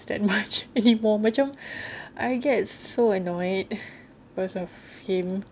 that much anymore macam I get so annoyed cause of him